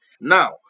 Now